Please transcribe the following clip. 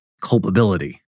culpability